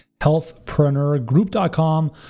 healthpreneurgroup.com